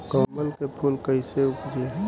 कमल के फूल कईसे उपजी?